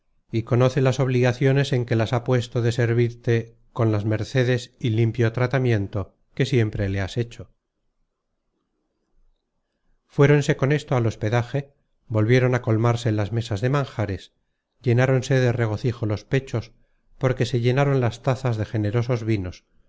y conoce las obligaciones en que la has puesto de servirte con las mercedes y limpio tratamiento que siempre le has hecho fuéronse con esto al hospedaje volvieron a colmarse las mesas de manjares llenáronse de regocijo los pechos porque se llenaron las tazas de generosos vinos